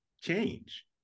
change